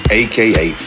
aka